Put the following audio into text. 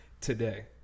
today